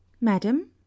madam